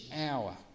hour